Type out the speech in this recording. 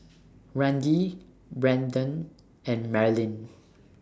Randi Brendon and Marlyn